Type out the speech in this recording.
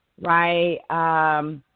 right